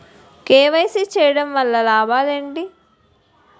KYC చేయటం వలన లాభాలు ఏమిటి?